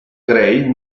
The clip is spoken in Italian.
grey